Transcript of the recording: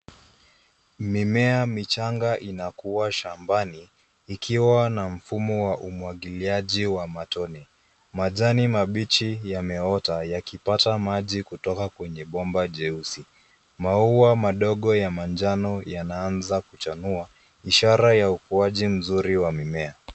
Mimea michanga inakua shambani, ikiwa na mfumo wa umwagiliaji wa matone. Majani mabichi yameota, yakipata maji kutoka kwenye bomba jeusi. Maua madogo ya manjano yanaanza kuchanua, ishara ya ukuaji mzuri wa mimea.